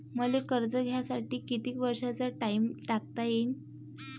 मले कर्ज घ्यासाठी कितीक वर्षाचा टाइम टाकता येईन?